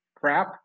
crap